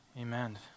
Amen